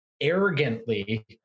arrogantly